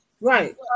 Right